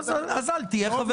--- אז אל תהיה חבר קבוע.